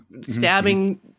stabbing